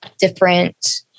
different